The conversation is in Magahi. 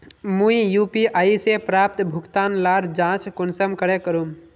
मुई यु.पी.आई से प्राप्त भुगतान लार जाँच कुंसम करे करूम?